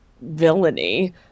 villainy